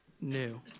new